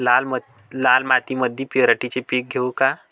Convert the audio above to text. लाल मातीमंदी पराटीचे पीक घेऊ का?